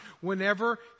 whenever